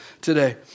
today